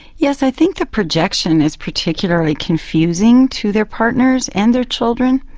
yes, i think the projection is particularly confusing to their partners and their children.